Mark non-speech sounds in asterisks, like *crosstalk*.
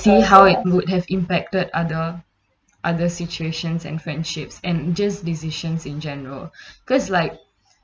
see how it would have impacted other other situations and friendships and just decisions in general *breath* because like